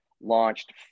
launched